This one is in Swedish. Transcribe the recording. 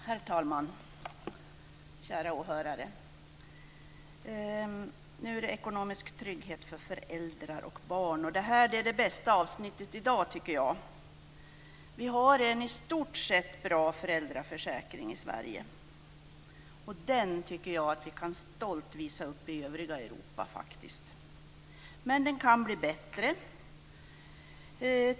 Herr talman! Kära åhörare! Nu handlar det om ekonomisk trygghet för föräldrar och barn. Det här är det bästa avsnittet i dag, tycker jag. Vi har en i stort sett bra föräldraförsäkring i Sverige. Den tycker jag att vi stolt kan visa upp i övriga Men den kan bli bättre.